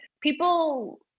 people